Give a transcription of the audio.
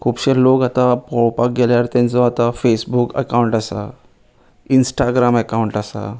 खुबशे लोक आतां पळोवपाक गेल्यार तेंचो आतां फेसबूक एकाउंट आसा इन्स्टाग्राम एकाउंट आसा